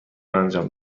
انجام